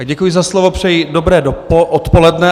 Děkuji za slovo, přeji dobré odpoledne.